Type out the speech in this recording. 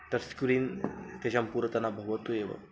तस्क्रीन् तेषां पुरतः न भवतु एव